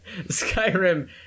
Skyrim